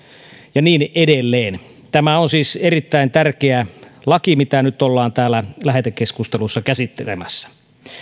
ja niin edelleen tämä on siis erittäin tärkeä laki mitä nyt ollaan täällä lähetekeskustelussa käsittelemässä